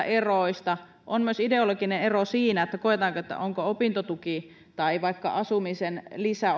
eroista on ideologinen ero myös siinä onko opintotuki tai vaikka asumisen lisä